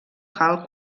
hall